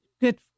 good